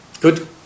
Good